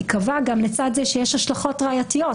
גם קבעה לצד זה שיש השלכות ראייתיות